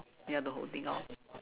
ya the whole thing orh